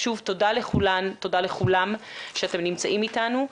תודה לכולן ולכולם שאתם נמצאים איתנו,